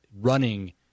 running